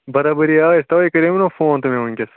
برابٔری آیا تَوَے کَریوم نہ فون تۄہہِ مےٚ وٕنۍکٮ۪س